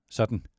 Sådan